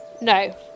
No